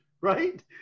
right